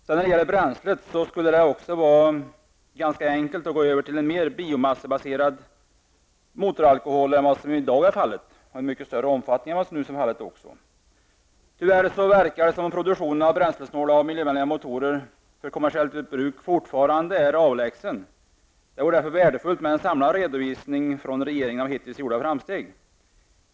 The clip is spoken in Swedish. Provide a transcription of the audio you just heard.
När det gäller bränslet skulle det också vara ganska enkelt att gå över till en mer biomassebaserad motoralkohol än vad som i dag används. Tyvärr verkar det som om produktionen av bränslesnåla och miljövänliga motorer för kommersiellt bruk fortfarande är avlägsen. Det vore därför värdefullt med en samlad redovisning av regeringen av hittills gjorda framsteg.